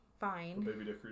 fine